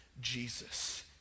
Jesus